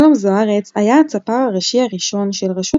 שלום זו-ארץ היה הצפר הראשי הראשון של רשות